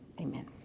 Amen